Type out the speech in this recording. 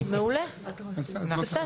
כן, מעולה, בסדר.